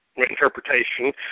interpretation